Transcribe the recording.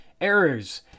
Errors